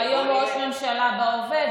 הוא היום ראש ממשלה בהווה.